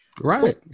Right